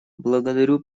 благодарю